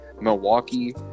Milwaukee